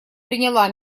приняла